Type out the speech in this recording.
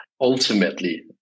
ultimately